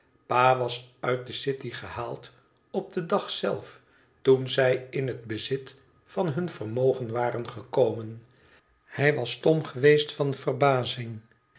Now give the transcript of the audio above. was uit de city gehaald op den dag zelf toen zij in het bezit van hun vermogen waren gekomen hij was stom geweest van verbazingen